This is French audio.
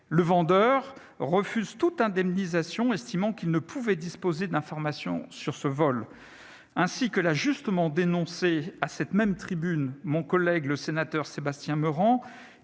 Le vendeur refuse toute indemnisation, estimant qu'il ne pouvait disposer d'information sur ce vol. Ainsi que l'a justement dénoncé, à cette même tribune, mon collègue Sébastien Meurant,